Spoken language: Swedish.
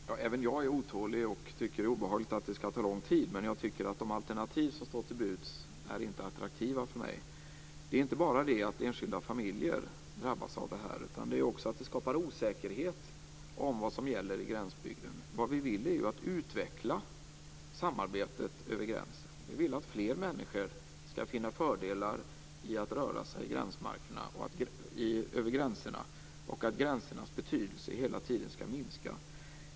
Fru talman! Även jag är otålig och tycker att det är obehagligt om det tar lång tid, men de alternativ som står till buds är inte attraktiva för mig. Det är inte bara det att enskilda familjer drabbas, utan det skapar också osäkerhet om vad som gäller i gränsbygden. Vad vi vill är ju att utveckla samarbetet över gränsen. Vi vill att fler människor skall finna fördelar i att röra sig över gränserna och att gränsernas betydelse hela tiden skall minska.